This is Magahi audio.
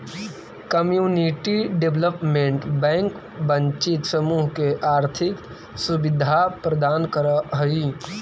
कम्युनिटी डेवलपमेंट बैंक वंचित समूह के आर्थिक सुविधा प्रदान करऽ हइ